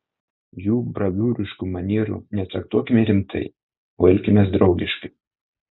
jų bravūriškų manierų netraktuokime rimtai o elkimės draugiškai